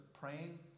praying